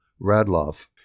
Radloff